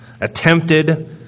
attempted